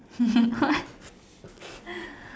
what